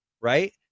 right